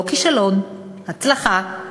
לא כישלון, הצלחה.